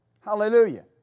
Hallelujah